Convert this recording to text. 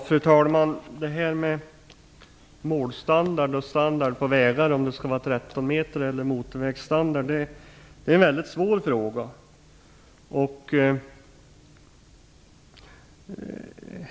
Fru talman! Om det skall vara en 13-metersväg eller om vägen skall ha motorvägsstandard är en väldigt svår fråga.